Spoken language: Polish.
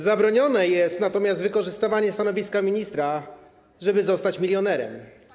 Zabronione jest natomiast wykorzystywanie stanowiska ministra, żeby zostać milionerem.